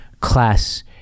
class